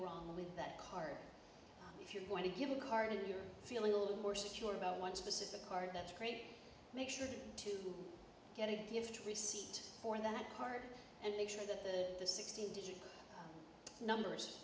wrong with that car if you're going to give a car you're feeling a little more secure about one specific card that's great make sure to get a gift receipt for that card and make sure that the the sixteen digit numbers